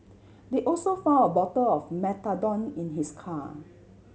they also found a bottle of methadone in his car